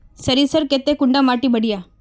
सरीसर केते कुंडा माटी बढ़िया?